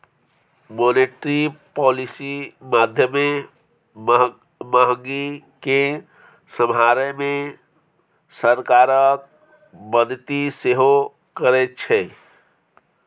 monetary policy माध्यमे महगी केँ समहारै मे सरकारक मदति सेहो करै छै